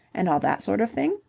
and all that sort of thing?